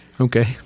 okay